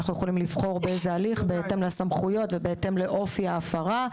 יכולים לבחור באיזה הליך בהתאם לסמכויות ובהתאם לאופי ההפרה.